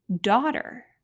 daughter